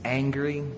angry